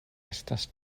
estas